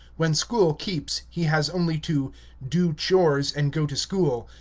when school keeps, he has only to do chores and go to school,